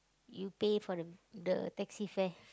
you pay for the the taxi fare